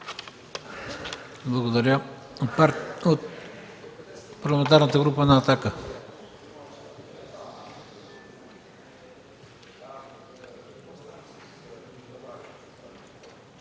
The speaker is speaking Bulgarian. Благодаря. От Парламентарната група на „Атака”.